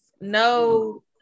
No